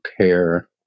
care